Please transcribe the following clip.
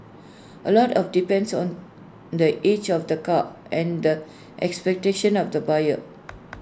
A lot depends on the age of the car and the expectations of the buyer